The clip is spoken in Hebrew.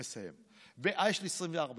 אני מסיים, יש לי 24 שניות.